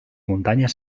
muntanyes